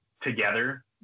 together